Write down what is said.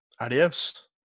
Adios